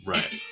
Right